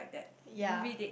ya